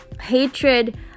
hatred